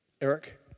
Eric